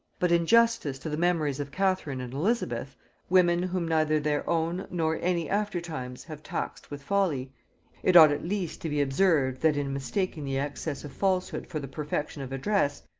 but in justice to the memories of catherine and elizabeth women whom neither their own nor any after-times have taxed with folly it ought at least to be observed, that in mistaking the excess of falsehood for the perfection of address,